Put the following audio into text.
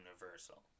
Universal